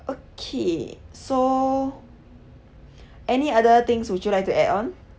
okay so any other things would you like to add on